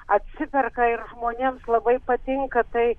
atsiperka ir žmonėms labai patinka tai